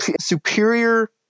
Superior